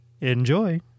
Enjoy